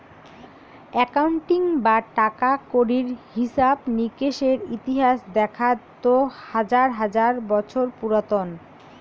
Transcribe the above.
accounting বা টাকা কড়ির হিছাব নিকেসের ইতিহাস দেখাত তো হাজার হাজার বছর পুরাতন